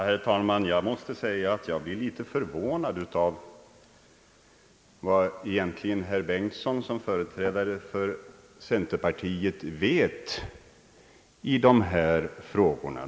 Herr talman! Jag måste säga att jag blev en smula förvånad över hur litet herr Bengtson vet i de här frågorna.